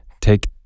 take